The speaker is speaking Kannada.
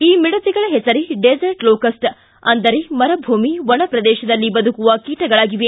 ಈ ಮಿಡತೆಗಳ ಹೆಸರೇ ಡೆಸರ್ಟ್ ಲೋಕಸ್ಟ್ ಅಂದರೆ ಮರುಭೂಮಿ ಒಣ ಪ್ರದೇಶದಲ್ಲಿ ಬದುಕುವ ಕೀಟಗಳಾಗಿವೆ